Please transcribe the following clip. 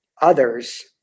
others